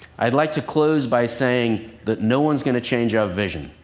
i'd like to close by saying that no one's going to change our vision,